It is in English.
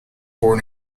born